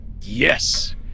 Yes